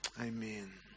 Amen